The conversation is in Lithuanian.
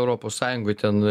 europos sąjungoj ten